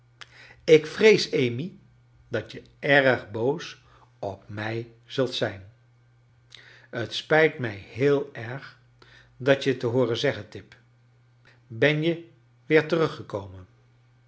ik vrees amy dat je erg boos op mij zult zijn het spijt mij heel erg je dat te hooren zeggen tip ben je weer teruggekomen